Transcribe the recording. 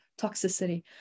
toxicity